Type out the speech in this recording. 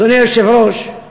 אדוני היושב-ראש,